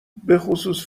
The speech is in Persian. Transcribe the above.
بخصوص